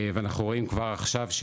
ואנחנו רואים כבר עכשיו,